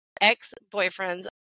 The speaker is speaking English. ex-boyfriends